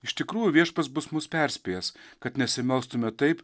iš tikrųjų viešpats bus mus perspėjęs kad nesimelstume taip